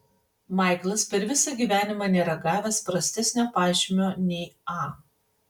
maiklas per visą gyvenimą nėra gavęs prastesnio pažymio nei a